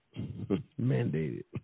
Mandated